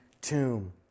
tomb